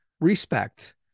respect